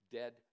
dead